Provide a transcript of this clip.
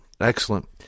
Excellent